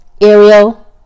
Ariel